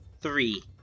three